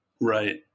Right